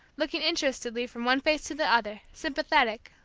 looking interestedly from one face to the other, sympathetic,